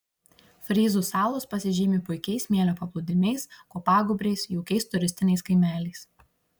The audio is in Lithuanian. fryzų salos pasižymi puikiais smėlio paplūdimiais kopagūbriais jaukiais turistiniais kaimeliais